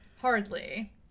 Hardly